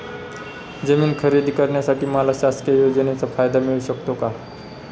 जमीन खरेदी करण्यासाठी मला शासकीय योजनेचा फायदा मिळू शकतो का?